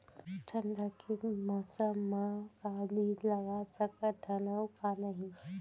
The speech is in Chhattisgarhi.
ठंडा के मौसम मा का का बीज लगा सकत हन अऊ का नही?